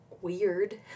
weird